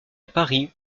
paris